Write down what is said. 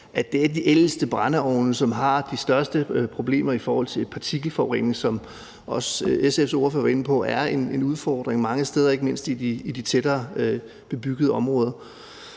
det er de ældste brændeovne, som har de største problemer i forhold til partikelforurening, som – hvad også SF's ordfører var inde på – er en udfordring mange steder, ikke mindst i de tættere bebyggede områder.